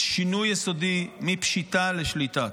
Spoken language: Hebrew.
שינוי יסודי מפשיטה לשליטה.